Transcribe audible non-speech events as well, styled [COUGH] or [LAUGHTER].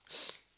[NOISE]